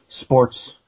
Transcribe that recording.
sports